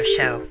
Show